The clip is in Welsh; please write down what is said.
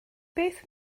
beth